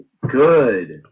Good